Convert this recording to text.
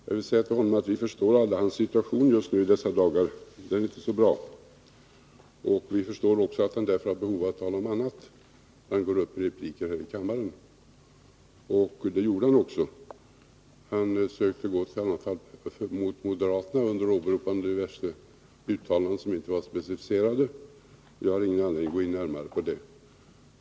Jag vill säga till honom att vi förstår alla hans situation just i dessa dagar — den är inte så bra. Vi förstår också att han därför har ett behov av att tala om annat, när han går upp i replik här i kammaren, och det gjorde han också. Herr Werner sökte gå till anfall mot moderaterna under åberopande av diverse uttalanden som inte var specificerade. Jag har ingen anledning att gå in närmare på det.